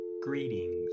greetings